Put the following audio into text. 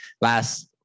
last